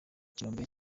birombe